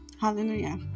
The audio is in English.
hallelujah